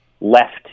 left